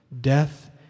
Death